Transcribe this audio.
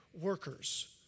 workers